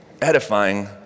edifying